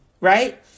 right